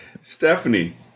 Stephanie